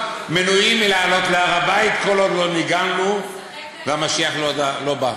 מנועים מלעלות להר-הבית כל עוד לא נגאלנו והמשיח לא בא.